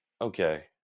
Okay